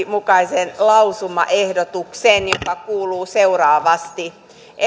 mukaisen lausumaehdotuksen joka kuuluu seuraavasti